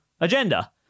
agenda